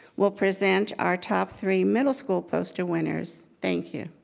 will present our top three middle school poster winners. thank you.